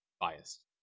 Biased